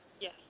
Yes